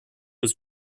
was